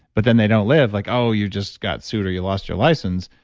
but then they don't live like, oh you just got sued, or you lost your license,